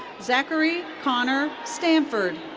zachary connor stanford.